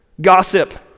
Gossip